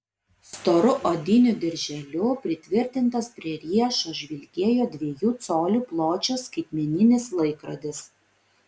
storu odiniu dirželiu pritvirtintas prie riešo žvilgėjo dviejų colių pločio skaitmeninis laikrodis